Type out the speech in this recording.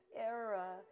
era